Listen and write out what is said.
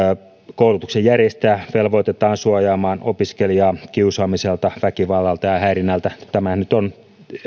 koulutuksen järjestäjä velvoitetaan suojaamaan opiskelijaa kiusaamiselta väkivallalta ja ja häirinnältä tämähän nyt on